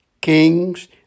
kings